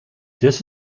this